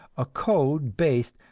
a code based,